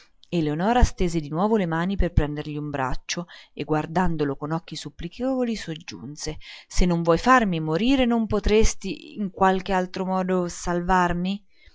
eleonora stese di nuovo le mani per prendergli un braccio e guardandolo con occhi supplichevoli soggiunse se non vuoi farmi morire non potresti in qualche altro modo salvarmi